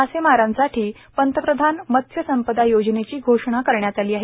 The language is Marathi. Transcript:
मासेमारांसाठी पंतप्रधान मत्स्य संपदा योजनेची घोषणा करण्यात आली आहे